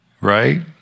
Right